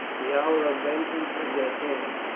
the hour of vengeance is at hand.